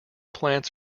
plants